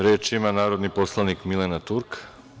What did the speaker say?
Reč ima narodni poslanik Milena Turk.